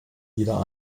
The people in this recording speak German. wieder